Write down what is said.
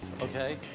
okay